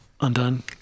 undone